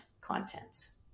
contents